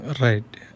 Right